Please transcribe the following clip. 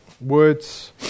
words